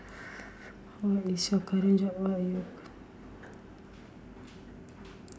what is your career job